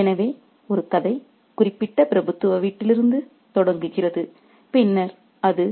எனவே ஒரு கதை குறிப்பிட்ட பிரபுத்துவ வீட்டிலிருந்து தொடங்குகிறது பின்னர் அது